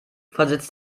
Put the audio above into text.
versetzt